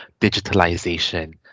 digitalization